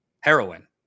heroin